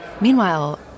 Meanwhile